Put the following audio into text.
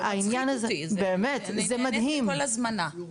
זה לא מצחיק אותי, אני נענית לכל הזמנה.